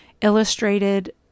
illustrated